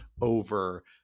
over